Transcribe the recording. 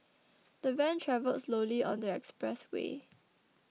the van travelled slowly on the expressway